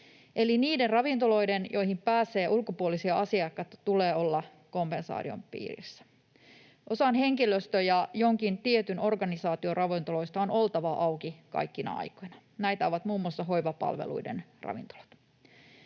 Eli niiden ravintoloiden, joihin pääsee ulkopuolisia asiakkaita, tulee olla kompensaation piirissä. Osan henkilöstö- ja jonkin tietyn organisaation ravintoloista on oltava auki kaikkina aikoina. Näitä ovat muun muassa hoivapalveluiden ravintolat.